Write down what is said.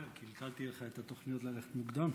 קלקלתי לך את התוכניות ללכת מוקדם?